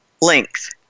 length